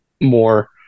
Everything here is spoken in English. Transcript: more